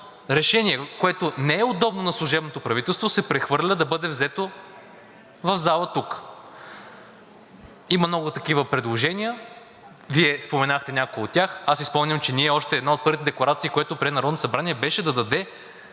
решение, което не е удобно на служебното правителство, се прехвърля да бъде взето в залата тук. Има много такива предложения, Вие споменахте някои от тях, аз си спомням, че ние още в една от първите декларации, която прие Народното събрание, беше да даде